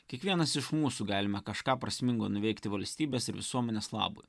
kiekvienas iš mūsų galime kažką prasmingo nuveikti valstybės ir visuomenės labui